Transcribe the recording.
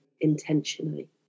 intentionally